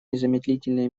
незамедлительные